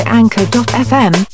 anchor.fm